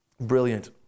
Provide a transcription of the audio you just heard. brilliant